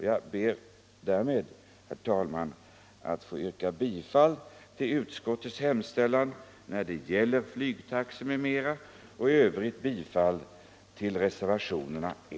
Jag ber därmed, herr talman, att få yrka bifall till utskottets hemställan när det gäller flygtaxor m.m. och i övrigt bifall till reservationerna I och 2.